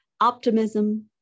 Optimism